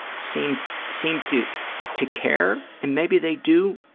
seem seem to to care, and maybe they do,